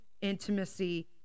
intimacy